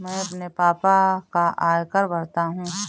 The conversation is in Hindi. मैं अपने पापा का आयकर भरता हूं